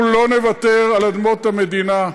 אנחנו לא נוותר על אדמות המדינה.